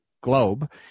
globe